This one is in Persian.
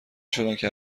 شدندکه